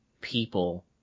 people